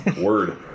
Word